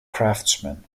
craftsmen